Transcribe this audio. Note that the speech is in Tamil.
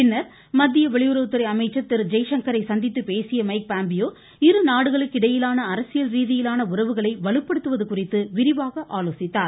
பின்னர் மத்திய வெளியுறவுத்துறை அமைச்சர் திரு ஜெய்சங்கரை சந்தித்து பேசிய மைக் பாம்பியோ இருநாடுகளுக்கிடையிலான அரசியல் ரீதியிலான உறவுகளை வலுப்படுத்துவது குறித்து விரிவாக ஆலோசித்தார்